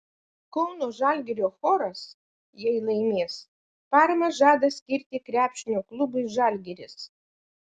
kauno žalgirio choras jei laimės paramą žada skirti krepšinio klubui žalgiris